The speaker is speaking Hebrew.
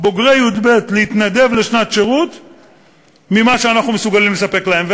בוגרי י"ב מכפי שאנחנו מסוגלים לספק להם,